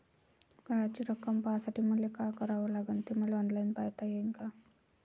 कराच रक्कम पाहासाठी मले का करावं लागन, ते मले ऑनलाईन पायता येईन का?